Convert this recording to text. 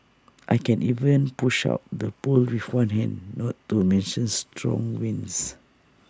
I can even push out the poles with one hand not to mention strong winds